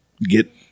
get